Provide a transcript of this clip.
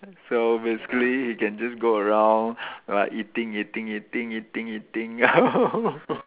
so basically he can just go around like eating eating eating eating eating